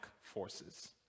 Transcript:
forces